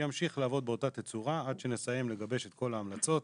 ימשיך לעבוד באותה תצורה עד שנסיים לגבש את כל ההמלצות.